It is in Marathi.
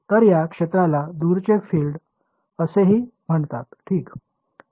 तर या क्षेत्राला दूरचे फील्ड असेही म्हणतात ठीक